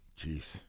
Jeez